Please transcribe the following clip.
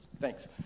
Thanks